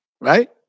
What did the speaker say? Right